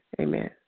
Amen